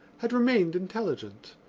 had remained intelligent.